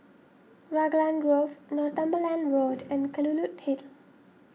Raglan Grove Northumberland Road and Kelulut Hill